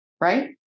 right